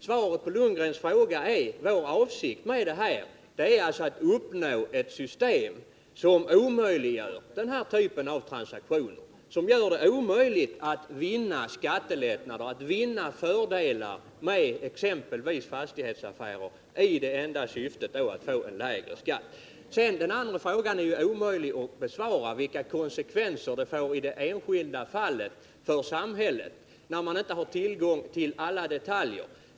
Svaret på Bo Lundgrens fråga är att det är vår avsikt att åstadkomma ett system som omöjliggör den här typen av transaktioner och som gör det omöjligt att vinna skattelättnader eller andra fördelar med exempelvis fastighetsaffärer enbart i syfte att få lägre skatt. Den andra frågan, vilka konsekvenserna av ett enskilt fall blir för samhället, är ju omöjlig att besvara när man inte har kännedom om alla detaljer.